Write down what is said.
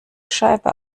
scheibe